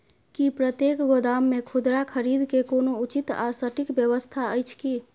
की प्रतेक गोदाम मे खुदरा खरीद के कोनो उचित आ सटिक व्यवस्था अछि की?